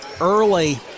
early